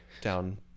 down